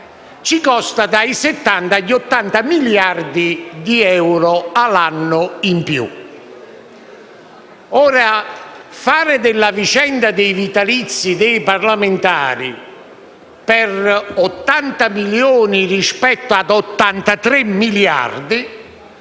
ci costa dai 70 agli 80 miliardi di euro all'anno in più. Ora, fare delle questioni sulla vicenda dei vitalizi dei parlamentari per 80 milioni rispetto ad 83 miliardi